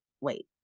Wait